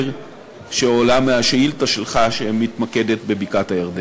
שעולה מהשאילתה שלך שמתמקדת בבקעת-הירדן.